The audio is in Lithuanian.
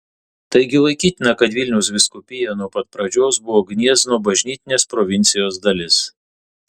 taigi laikytina kad vilniaus vyskupija nuo pat pradžios buvo gniezno bažnytinės provincijos dalis